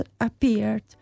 appeared